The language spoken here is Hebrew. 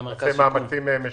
במאמצים משותפים.